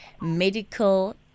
medical